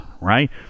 right